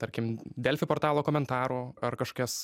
tarkim delfi portalo komentarų ar kažkokias